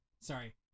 sorry